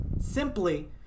simply